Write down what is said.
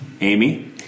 Amy